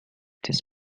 this